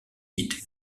dite